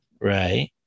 Right